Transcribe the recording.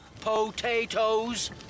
Potatoes